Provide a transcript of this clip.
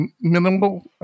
minimal